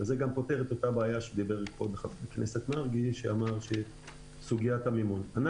זה גם עונה לסוגיית המימון שהועלתה קודם על ידי היושב-ראש.